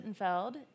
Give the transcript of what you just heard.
Sittenfeld